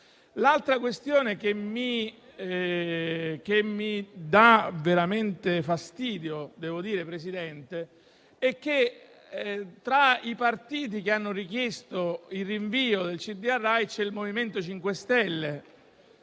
l'altra questione che mi dà veramente fastidio è che tra i partiti che hanno richiesto il rinvio del CdA Rai c'è il MoVimento 5 Stelle.